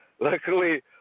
Luckily